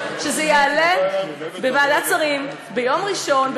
שזה יעלה בוועדת שרים ביום ראשון,